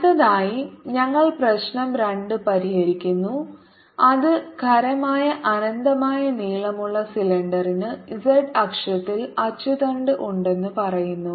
അടുത്തതായി ഞങ്ങൾ പ്രശ്നം 2 പരിഹരിക്കുന്നു അത് ഖരമായ അനന്തമായ നീളമുള്ള സിലിണ്ടറിന് z അക്ഷത്തിൽ അച്ചുതണ്ട് ഉണ്ടെന്ന് പറയുന്നു